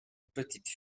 petite